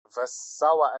wessała